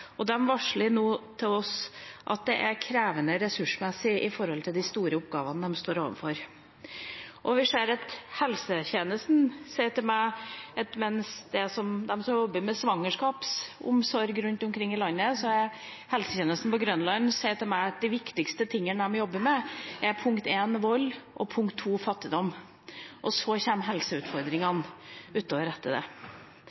varsler nå til oss at det er krevende ressursmessig med tanke på de store oppgavene de står overfor. Mens man jobber med svangerskapsomsorg i helsetjenesten rundt omkring i landet, sier helsetjenesten på Grønland til meg at det viktigste de jobber med, er punkt én vold og punkt to fattigdom. Og så